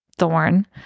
thorn